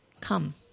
come